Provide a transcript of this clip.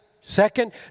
Second